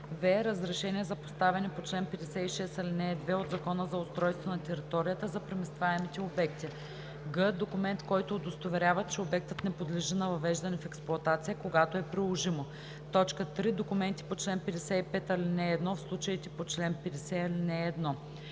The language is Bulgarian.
в) разрешение за поставяне по чл. 56, ал. 2 от Закона за устройство на територията – за преместваемите обекти; г) документ, който удостоверява, че обектът не подлежи на въвеждане в експлоатация - когато е приложимо; 3. документи по чл. 55, ал. 1 - в случаите по чл. 50,